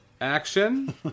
action